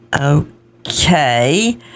Okay